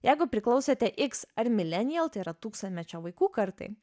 jeigu priklausote iks ar milenijal tai yra tūkstantmečio vaikų kartai